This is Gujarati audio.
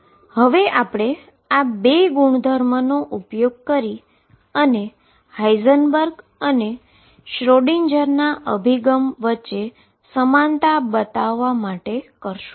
હવે આપણે આ 2 ગુણધર્મોનો ઉપયોગ ઉપયોગ હાઈઝનબર્ગ અને શ્રોડિંજર Schrödinger ના અભિગમ વચ્ચે ઈક્વીવેલેન્સી બતાવવા માટે કરીશું